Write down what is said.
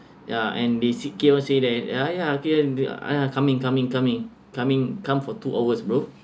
ya and they say keep on say that ya ya okay uh coming coming coming coming come for two hours bro